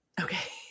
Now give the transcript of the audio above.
Okay